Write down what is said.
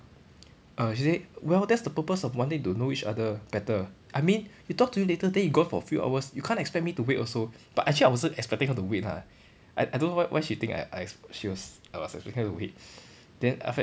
uh she say well that's the purpose of wanting to know each other better I mean talk to you later then you gone for a few hours you can't expect me to wait also but actually I wasn't expecting her to wait ah I I don't know why why she think I I she was I was expecting her to wait then after that